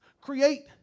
create